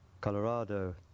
Colorado